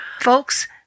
Folks